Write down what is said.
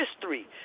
history